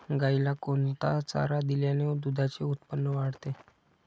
गाईला कोणता चारा दिल्याने दुधाचे उत्पन्न वाढते?